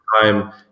time